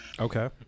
Okay